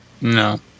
No